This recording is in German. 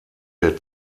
der